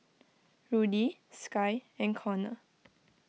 Rudy Skye and Konner